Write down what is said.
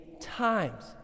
times